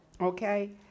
Okay